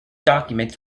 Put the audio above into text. documents